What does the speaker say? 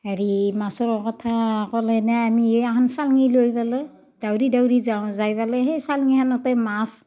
হেৰি মাছৰ কথা ক'লে এনে আমি এ এখন চাঙী লৈ পেলাই ডাউৰি ডাউৰি যাওঁ যাই পেলাই সেই চাঙীখনতেই মাছ